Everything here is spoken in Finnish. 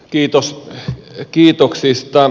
kiitos kiitoksista